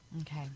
Okay